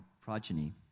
progeny